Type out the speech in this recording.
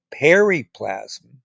periplasm